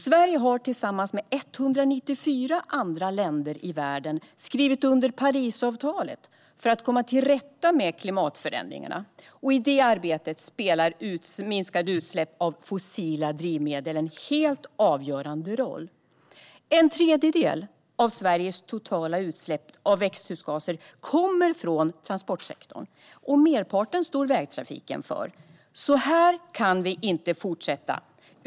Sverige har tillsammans med 194 andra länder i världen skrivit under Parisavtalet för att komma till rätta med klimatförändringarna. I det arbetet spelar minskade utsläpp av fossila drivmedel en helt avgörande roll. En tredjedel av Sveriges totala utsläpp av växthusgaser kommer från transportsektorn, och merparten står vägtrafiken för. Så här kan vi inte fortsätta.